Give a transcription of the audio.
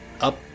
up